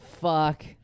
Fuck